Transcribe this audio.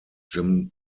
jim